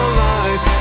life